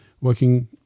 working